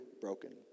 broken